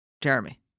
Jeremy